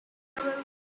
manuel